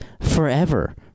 forever